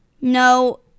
No